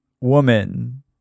woman